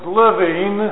living